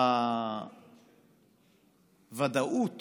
הוודאות